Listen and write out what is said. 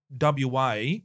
WA